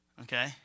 okay